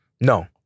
No